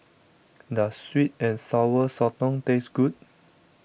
does Sweet and Sour Sotong taste good